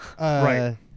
right